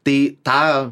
tai tą